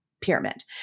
pyramid